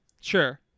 Sure